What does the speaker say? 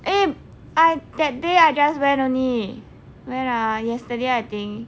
eh I that day I just went only when ah yesterday I think